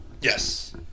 Yes